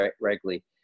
regularly